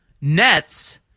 Nets